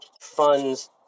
funds